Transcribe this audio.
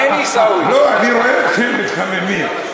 אני רואה אתכם מתחממים,